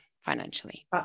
financially